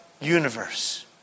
universe